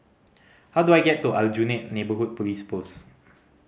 how do I get to Aljunied Neighbourhood Police Post